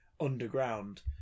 underground